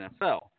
NFL